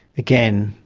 again,